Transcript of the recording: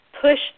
push